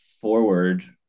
forward